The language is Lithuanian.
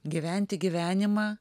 gyventi gyvenimą